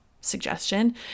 suggestion